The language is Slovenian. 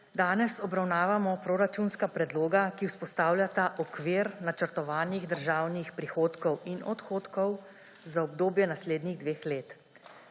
Danes obravnavamo proračunska predloga, ki vzpostavljate okvir načrtovanih državnih prihodkov in odhodkov za obdobje naslednjih dveh let.